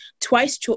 twice